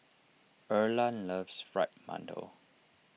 Erland loves Fried Mantou